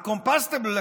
ה-Compostable,